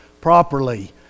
properly